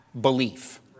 belief